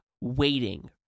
waiting